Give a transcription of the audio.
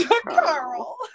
Carl